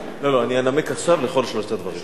אני אנמק עכשיו לכל שלושת הדברים.